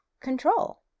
control